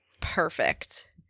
perfect